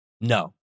No